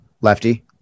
lefty